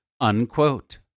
unquote